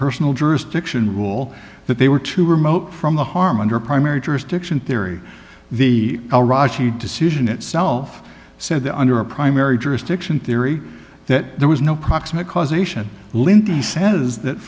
personal jurisdiction rule that they were too remote from the harm under primary jurisdiction theory the al rashid decision itself said that under a primary jurisdiction theory that there was no proximate cause nation lynn he says that